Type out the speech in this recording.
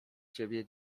ciebie